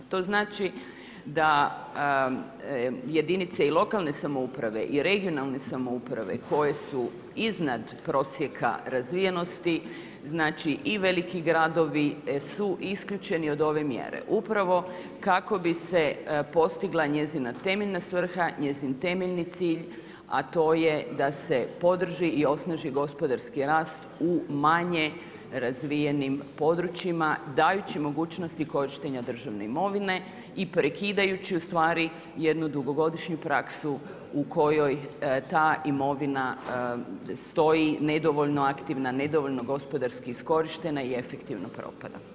To znači, da jedinice i lokalne samouprave i regionalne samouprave, koje su iznad prosjeka razvijenosti, znači i veliki gradovi su isključeni od ove mjere, upravo kako bi se postigla njezina temeljna svrha, njezin temeljni cilj, a to je da se podrži i osnaži gospodarski rast u manje razvijenim područjima, dajući mogućnost korištenja državne imovine i prekidajući ustvari, jednu dugogodišnju praksu u kojoj ta imovinu stoji, nedovoljno aktivna, nedovoljno gospodarski iskorištena i efektivno propada.